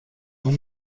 اون